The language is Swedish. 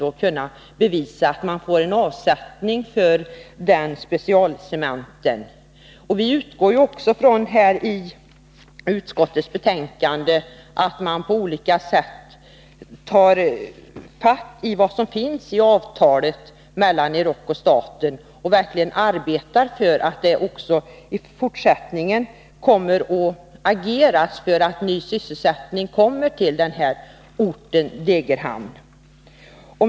Det blir svårt att under så kort tid visa upp tillräcklig avsättning. Jag utgår från det som sägs i utskottsbetänkandet, nämligen att man på olika sätt tar fatt i vad som finns i det träffade avtalet mellan AB Euroc och staten och verkligen arbetar för nya sysselsättningstillfällen i Degerhamn.